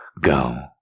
go